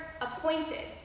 appointed